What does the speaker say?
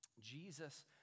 Jesus